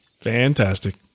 fantastic